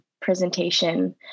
presentation